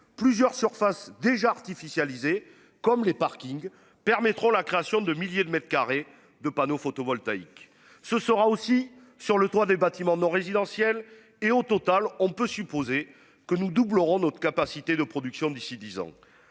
plusieurs surfaces déjà artificialisées comme les parkings permettront la création de milliers de mètres carrés de panneaux photovoltaïques. Ce sera aussi sur le toit des bâtiments non résidentiels et au total on peut supposer que nous doublerons notre capacité de production d'ici 10 ans.